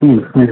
ಹ್ಞೂ ಹ್ಞೂ